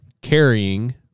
carrying